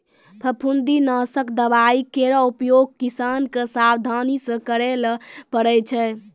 फफूंदी नासक दवाई केरो उपयोग किसान क सावधानी सँ करै ल पड़ै छै